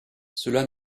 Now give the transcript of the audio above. cela